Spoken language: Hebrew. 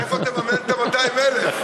מאיפה תממן את ה-200,000?